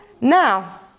Now